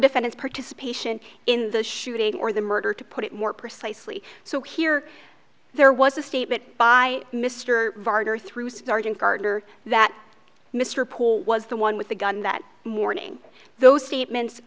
defendant's participation in the shooting or the murder to put it more precisely so here there was a statement by mr carter through sergeant gardner that mr poole was the one with the gun that morning those statements